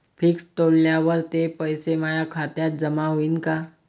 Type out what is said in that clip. Fix तोडल्यावर ते पैसे माया खात्यात जमा होईनं का?